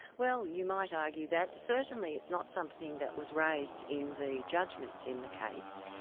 well you might argue that. certainly it's not something that was raised in the judgments in the case.